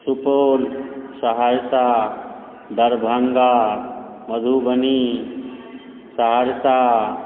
Supaul Saharsa Darbhanga Madhubani Saharsa